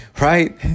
right